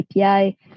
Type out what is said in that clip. API